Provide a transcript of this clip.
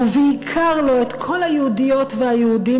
ובעיקר לא את כל היהודיות והיהודים